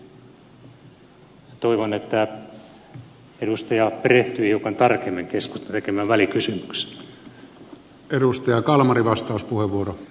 toivon että edustaja perehtyy hiukan tarkemmin keskustan tekemään välikysymykseen